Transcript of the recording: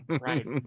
right